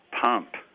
pump